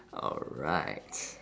alright